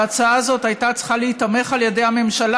ההצעה הזאת הייתה צריכה להיתמך על ידי הממשלה,